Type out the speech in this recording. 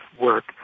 work